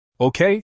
Okay